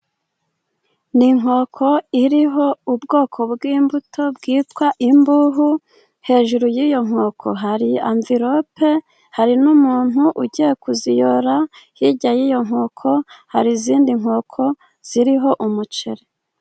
Ni inkoko iriho ubwoko bw'imbuto bwitwa imbuhu, hejuru y'iyo nkoko hari anvilope, hari n'umuntu ugiye kuziyora, hirya y'iyo nkoko hari izindi nkoko ziriho umuceri.